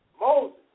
Moses